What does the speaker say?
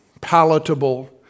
palatable